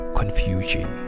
confusion